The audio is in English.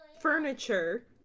furniture